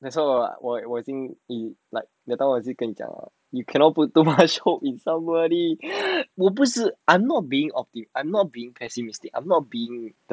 that's why 我我已经已 like that time 我不是跟你讲 you cannot put too much hope in somebody 我不是 I'm not being of the I'm not being passive mistake I'm not being the devil of a group leh I'm just saying that because